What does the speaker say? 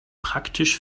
praktisch